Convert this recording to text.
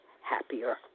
happier